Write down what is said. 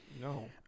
No